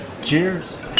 Cheers